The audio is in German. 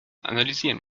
analysieren